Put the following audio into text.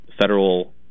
federal